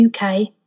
uk